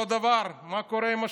אותו דבר, מה קורה עם המשכנתאות?